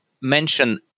mention